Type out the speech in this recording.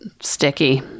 sticky